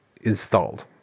installed